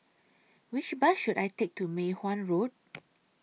Which Bus should I Take to Mei Hwan Road